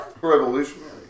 Revolutionary